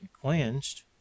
cleansed